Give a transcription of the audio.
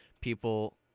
people